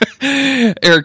Eric